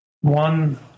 one